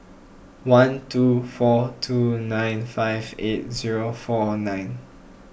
one two four two nine five eight zero four nine